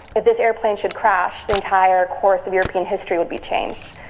if this airplane should crash, the entire course of european history would be changed.